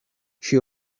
she